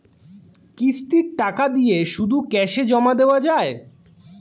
কিস্তির টাকা দিয়ে শুধু ক্যাসে জমা দেওয়া যায়?